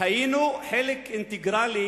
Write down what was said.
היינו חלק אינטגרלי